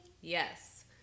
Yes